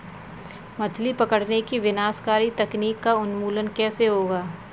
मछली पकड़ने की विनाशकारी तकनीक का उन्मूलन कैसे होगा?